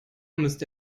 müsste